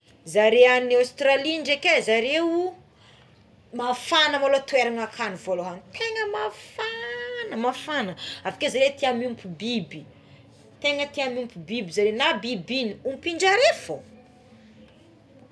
Zareo agny Aostralia ndreky zareo mafana maloha toerana akagny voalohany tegna mafagna mafagna avekeo zareo tia miompy biby tegna tia miompy biby zareo na biby ino ompianjareo fogna.